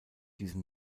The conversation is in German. diesem